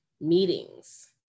meetings